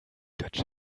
götsch